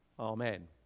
Amen